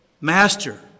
Master